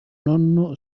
nonno